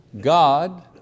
God